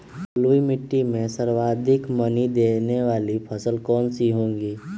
बलुई मिट्टी में सर्वाधिक मनी देने वाली फसल कौन सी होंगी?